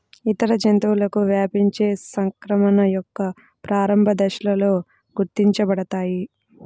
ఇతర జంతువులకు వ్యాపించే సంక్రమణ యొక్క ప్రారంభ దశలలో గుర్తించబడతాయి